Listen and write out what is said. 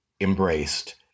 embraced